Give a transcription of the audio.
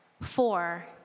four